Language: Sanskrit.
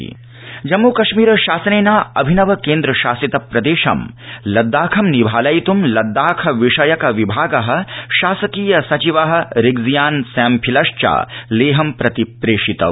जम्मूकश्मीर लद्दाख जम्मूकश्मीर शासनेन अभिनव केन्द्रशासित प्रदेशं लद्दाखं निभालयित् लद्दाख विषयक विभाग शासकीय सचिव रिग्जियान् सैम्फिल च लेहं प्रति प्रेषितौ